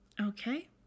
Okay